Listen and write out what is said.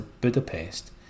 Budapest